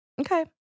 Okay